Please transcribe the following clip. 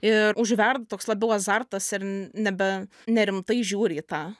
ir užverda toks labiau azartas ir nebe nerimtai žiūri į tą